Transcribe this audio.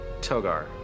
Togar